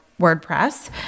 WordPress